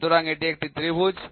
সুতরাং এটি একটি ত্রিভুজ